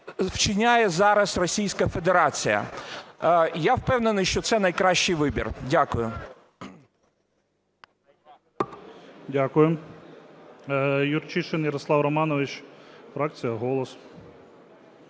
вчиняє зараз Російська Федерація. Я впевнений, що це найкращий вибір. Дякую. ГОЛОВУЮЧИЙ. Дякую. Юрчишин Ярослав Романович, фракція "Голос".